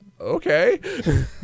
Okay